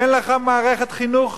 אין לך מערכת חינוך